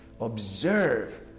Observe